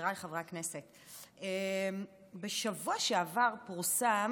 חבריי חברי הכנסת, בשבוע שעבר פורסם